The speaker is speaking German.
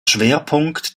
schwerpunkt